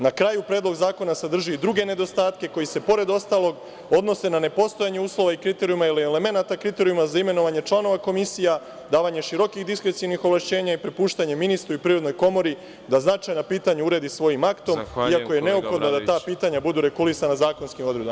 Na kraju, Predlog zakona sadrži i druge nedostatke koji se, pored ostalog, odnose na nepostojanje uslova i kriterijuma ili elemenata kriterijuma za imenovanje članova komisija, davanje širokih diskrecionih ovlašćenja i prepuštanje ministru i Privrednoj komori da značajna pitanja uredi svojim aktom, iako je neophodno da ta pitanja budu regulisana zakonskim odredbama.